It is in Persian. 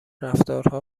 رفتارها